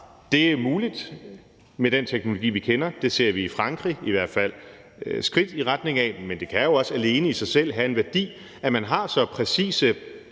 Det er muligt med den teknologi, vi kender. Det ser vi i Frankrig i hvert fald skridt i retning af. Men det kan jo også i sig selv have en værdi, at man har så præcise